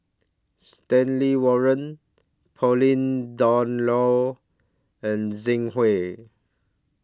Stanley Warren Pauline Dawn Loh and Zhang Hui